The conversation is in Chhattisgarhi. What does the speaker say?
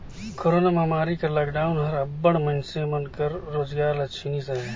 कोरोना महमारी कर लॉकडाउन हर अब्बड़ मइनसे मन कर रोजगार ल छीनिस अहे